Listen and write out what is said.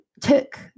took